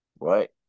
right